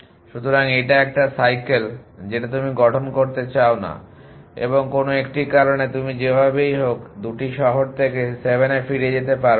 সুতরাং এটা একটা সাইকেল যেটা তুমি গঠন করতে চাও না এবং কোনো একটি কারণে তুমি যেভাবেই হোক 2টি শহর থেকে 7 এ ফিরে যেতে পারবে না